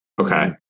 Okay